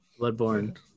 Bloodborne